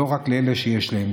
לא רק לאלה שיש להם.